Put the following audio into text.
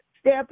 Step